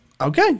okay